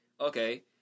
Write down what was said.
Okay